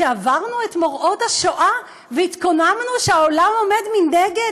שעברנו את מוראות השואה והתקוממנו שהעולם עומד מנגד